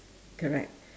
correct